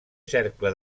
cercle